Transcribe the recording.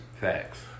Facts